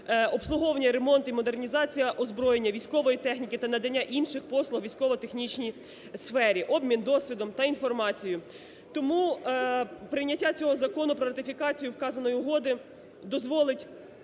обслуговування, ремонт і модернізація озброєння військової техніки та надання інших послуг у військово-технічній сфері. Обмін досвідом та інформацією. Тому прийняття цього Закону про ратифікацію вказаної Угоди дозволить